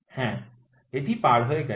হ্যাঁ এটি পার হয়ে গেছে